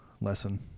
lesson